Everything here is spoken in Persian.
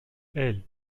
البرای